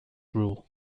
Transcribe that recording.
rule